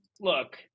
look